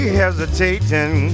hesitating